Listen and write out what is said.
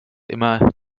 immer